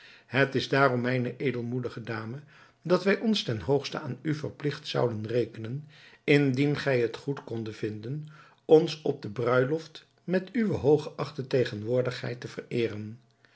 het is daarom mijne edelmoedige dame dat wij ons ten hoogste aan u verpligt zouden rekenen indien gij goed kondet vinden ons op de bruiloft met uwe hooggeachte tegenwoordigheid te vereeren